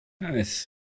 nice